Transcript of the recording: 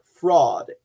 fraud